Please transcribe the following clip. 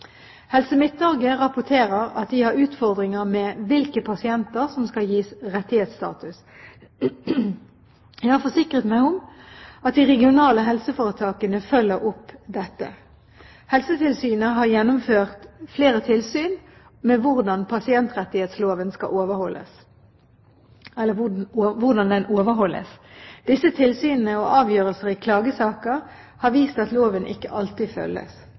Helse Midt-Norge rapporterer at de har utfordringer med hvilke pasienter som skal gis rettighetsstatus. Jeg har forsikret meg om at de regionale helseforetakene følger opp dette. Helsetilsynet har gjennomført flere tilsyn med hvordan pasientrettighetsloven overholdes. Disse tilsynene og avgjørelser i klagesaker har vist at loven ikke alltid følges.